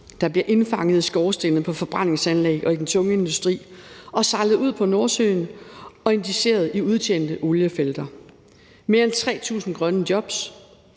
der bliver indfanget i skorstene, på forbrændingsanlæg og i den tunge industri og sejlet ud på Nordsøen og injiceret i udtjente oliefelter; mere end 3.000 grønne jobs;